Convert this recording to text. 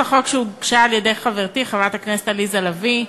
הוגשה בידי חברתי חברת הכנסת עליזה לביא,